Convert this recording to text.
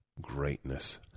greatness